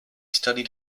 studied